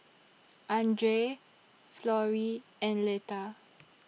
Andrae Florrie and Leta